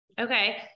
Okay